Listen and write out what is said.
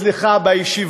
או אצלך בישיבות.